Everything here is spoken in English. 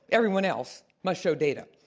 everyone else must show data.